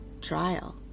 trial